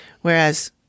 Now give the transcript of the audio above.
Whereas